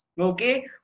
Okay